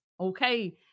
Okay